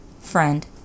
friend